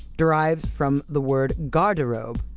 derives from the word! garderobe,